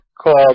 called